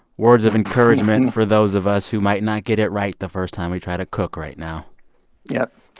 words of encouragement for those of us who might not get it right the first time we try to cook right now yep.